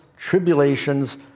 tribulations